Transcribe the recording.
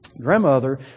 Grandmother